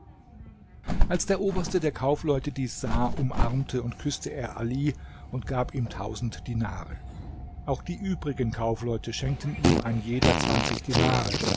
als der oberste der kaufleute dies sah umarmte und küßte er ali und gab ihm die tausend dinare auch die übrigen kaufleute schenkten ihm ein jeder zwanzig dinare